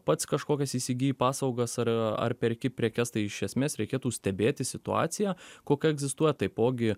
pats kažkokias įsigyji paslaugas ar ar perki prekes tai iš esmės reikėtų stebėti situaciją kokia egzistuoja taipogi